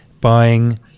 buying